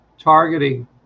targeting